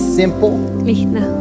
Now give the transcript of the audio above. simple